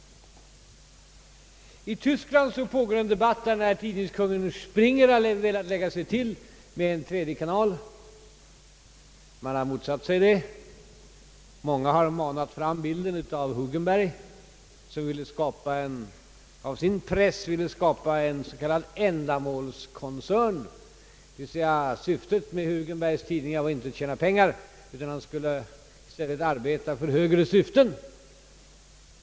I Tyskland pågår för närvarande en debatt som gäller det förhållandet att tidningskungen Springer har velat lägga sig till med en tredje kanal. Man har motsatt sig det. Många har manat fram bilden av Hugenberg, som ville av sin press skapa en s.k. ändamålskoncern, d. v. s. syftet med Hugenbergs tidningar var inte att tjäna pengar utan i stället arbeta för »högre syften».